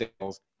sales